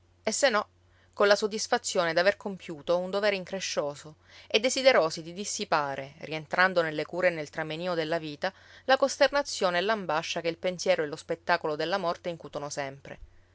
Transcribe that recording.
e se no con la soddisfazione d'aver compiuto un dovere increscioso e desiderosi di dissipare rientrando nelle cure e nel tramenio della vita la costernazione e l'ambascia che il pensiero e lo spettacolo della morte incutono sempre